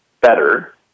better